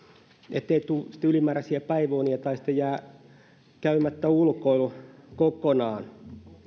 ettei tule sitten ylimääräisiä päiväunia tai jää sitten ulkoilu kokonaan